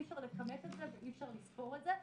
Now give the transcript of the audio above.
אי אפשר לכמת את זה ואי אפשר לספור את זה,